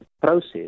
process